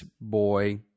boy